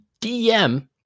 dm